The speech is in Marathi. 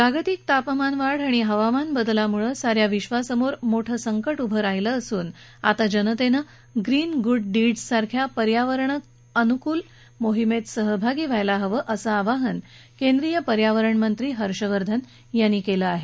जागतिक तापमान वाढ आणि हवामान बदलामुळे सा या विश्वासमोर मोठं संकट उभं राहीलं असून आता जनतेनंच ग्रीन गुड डीडस् सारख्या पर्यावरणाला अनुकुल मोहीमेत सहभागी व्हायला हवं असं आवाहन केंद्रीय पर्यावरणमंत्री हर्षवर्धन यांनी केलं आहे